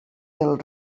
del